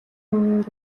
хүн